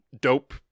dope